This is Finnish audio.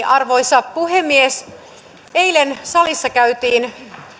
arvoisa puhemies eilen salissa käytiin